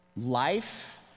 Life